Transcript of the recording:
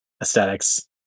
aesthetics